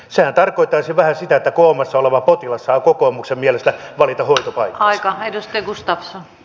sehän tarkoittaisi vähän sitä että koomassa oleva potilas saa kokoomuksen mielestä valita hoitopaikkansa